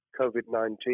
COVID-19